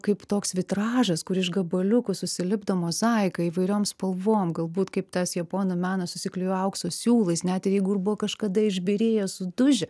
kaip toks vitražas kur iš gabaliukų susilipdo mozaika įvairiom spalvom galbūt kaip tas japonų menas susiklijuoja aukso siūlais net ir jeigu ir buvo kažkada išbyrėję sudužę